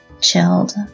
chilled